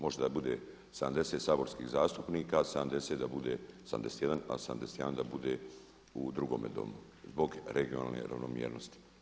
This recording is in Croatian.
Može biti 70 saborskih zastupnika, 70 da bude 71, a 71 da bude u drugome domu zbog regionalne ravnomjernosti.